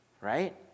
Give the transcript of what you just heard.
right